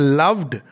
loved